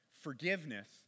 forgiveness